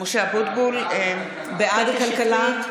בעד כלכלה.